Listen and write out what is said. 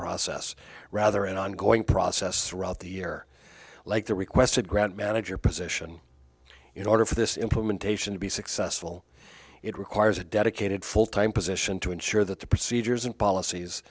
process rather an ongoing process route the year like the requested grant manager position in order for this implementation to be successful it requires a dedicated full time position to ensure that the procedures and policies